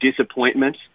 disappointment